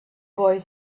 boy